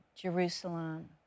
Jerusalem